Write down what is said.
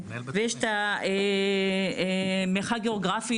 יש את המרחק הגאוגרפי,